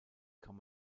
kann